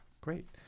Great